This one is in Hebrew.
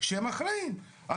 שהם האחראים?